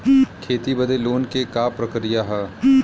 खेती बदे लोन के का प्रक्रिया ह?